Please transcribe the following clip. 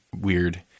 Weird